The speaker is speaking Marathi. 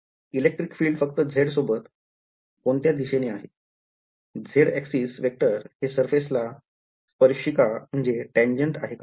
Electric field फक्त z सोबत कोणत्या दिशेने आहे z ऍक्सिस वेक्टर हे surface ला स्पर्शिका आहे का